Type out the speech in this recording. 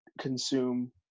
consume